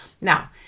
Now